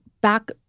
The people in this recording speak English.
back